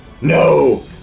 No